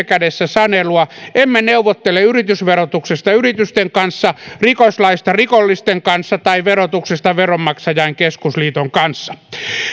kädessä sanelua emme neuvottele yritysverotuksesta yritysten kanssa rikoslaista rikollisten kanssa tai verotuksesta veronmaksajain keskusliiton kanssa